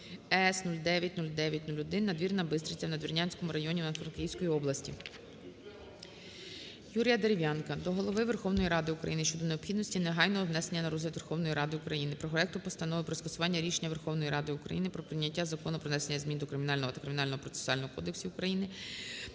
С090901 Надвірна-Бистриця вНадвірнянському районі Івано-Франківської області. Юрія Дерев'янка до Голови Верховної Ради України щодо необхідності негайного внесення на розгляд Верховної Ради України проекту Постанови "Про скасування рішення Верховної Ради України про прийняття Закону "Про внесення змін до Кримінального та Кримінального процесуального кодексів України